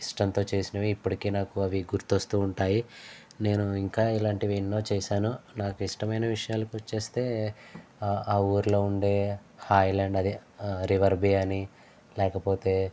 ఇష్టంతో చేసినవి ఇప్పటికీ నాకు అవి గుర్తొస్తూ ఉంటాయి నేను ఇంకా ఇలాంటివి ఎన్నో చేశాను నాకు ఇష్టమైన విషయాలకి వచ్చేస్తే ఆ ఊరిలో ఉండే హాయిలాండ్ అదే రివర్ బే అని లేకపోతే